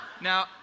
Now